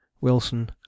Wilson